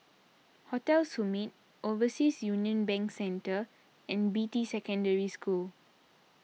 Hotel Summit Overseas Union Bank Centre and Beatty Secondary School